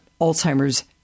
Alzheimer's